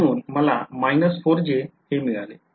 म्हणून मला हे मिळाले